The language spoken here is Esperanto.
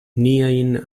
niajn